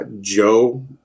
Joe